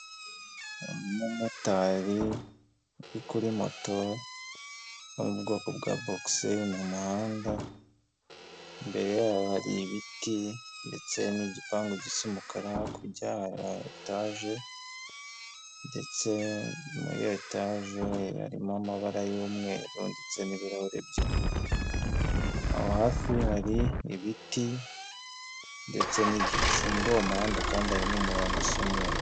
Umumotari uri kuri moto, yo mu bwoko bwa bogiseri mumuhanda, imbere hari ibiti ndetse n'igipangu gisa umukara, hakurya hari etaje, ndetse na yo etaje harimo amabara y'umweru ndetse n'ibirahuri by'ubururu, aho hafi hari ibiti ndetse n'igicu, muri uwo muhanda kandi harimo umurongo usa umweru.